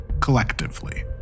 Collectively